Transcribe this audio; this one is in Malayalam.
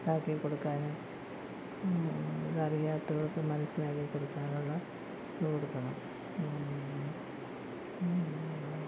ഇതാക്കി കൊടുക്കാനും ഇത് അറിയാത്തവർക്ക് മനസ്സിലാക്കി കൊടുക്കാനുള്ള ഇതും കൊടുക്കണം